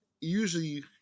usually